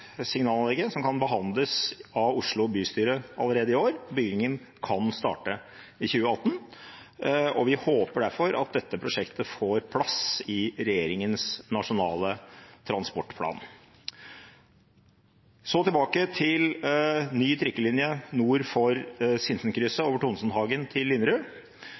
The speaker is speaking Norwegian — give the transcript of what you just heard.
kan behandles av Oslo bystyre allerede i år. Byggingen kan starte i 2018. Vi håper derfor at dette prosjektet får plass i regjeringens nasjonale transportplan. Så tilbake til ny trikkelinje nord for Sinsenkrysset over Tonsenhagen til Linderud.